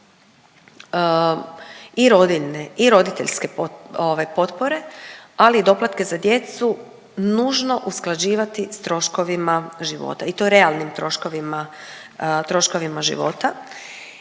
i rodiljne i roditeljske po…, ove potpore, ali i doplatke za djecu nužno usklađivati s troškovima života i to realnim troškovima,